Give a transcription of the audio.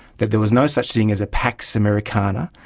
that there was no such thing as a pax americana,